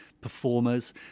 performers